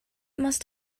must